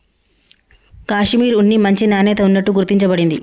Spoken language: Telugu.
కాషిమిర్ ఉన్ని మంచి నాణ్యత ఉన్నట్టు గుర్తించ బడింది